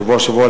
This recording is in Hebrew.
שבוע-שבוע,